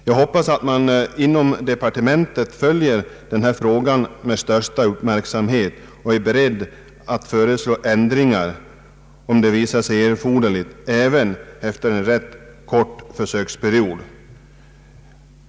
Jag hoppas att man inom departementet följer denna fråga med största uppmärksamhet och är beredd att föreslå ändringar om det visar sig erforderligt även efter en rätt kort försöksperiod.